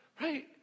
Right